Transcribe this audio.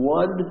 one